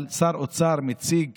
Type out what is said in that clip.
שר אוצר מציג